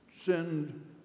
send